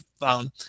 found